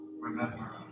remember